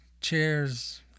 chairs